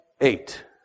eight